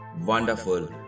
Wonderful